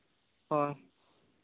ᱦᱳᱭ